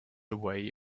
away